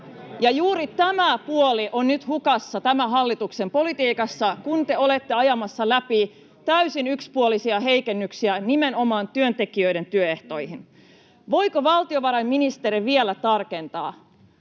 juuri tämä puoli on nyt hukassa tämän hallituksen politiikassa, kun te olette ajamassa läpi täysin yksipuolisia heikennyksiä nimenomaan työntekijöiden työehtoihin. Voiko valtiovarainministeri vielä tarkentaa: